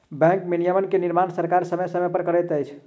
bank विनियमन के निर्माण सरकार समय समय पर करैत अछि